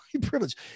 privilege